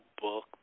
book